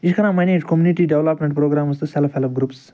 یہِ چھُ کَران منیج کوٚمنِٹی ڈیولپمٮ۪نٛٹ پروٛگرامٕز تہٕ سیلٕف ہیلٕپ گرٛوٗپٕس